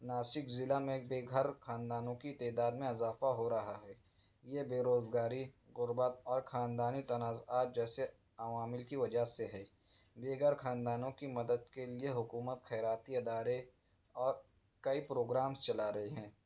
ناسک ضلع میں بے گھر خاندانوں کی تعداد میں اضافہ ہو رہا ہے یہ بے روزگاری غربت اور خاندانی تنازعات جیسے عوامل کی وجہ سے ہے بے گھر خاندانوں کی مدد کے لیے حکومت خیراتی ادارے اور کئی پروگرامس چلا رہے ہیں